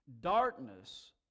Darkness